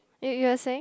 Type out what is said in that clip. you you are saying